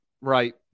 right